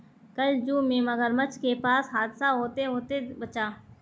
कल जू में मगरमच्छ के पास हादसा होते होते बचा